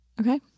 okay